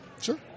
Sure